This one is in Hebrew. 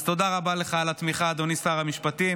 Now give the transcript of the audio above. אז תודה רבה לך על התמיכה, אדוני שר המשפטים.